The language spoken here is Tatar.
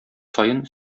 саен